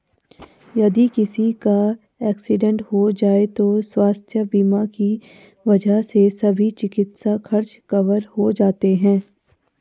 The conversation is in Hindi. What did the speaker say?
यदि किसी का एक्सीडेंट हो जाए तो स्वास्थ्य बीमा की वजह से सभी चिकित्सा खर्च कवर हो जाते हैं